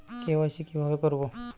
KYC কিভাবে করব?